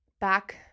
back